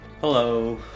Hello